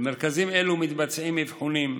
במרכזים אלה מתבצעים אבחונים,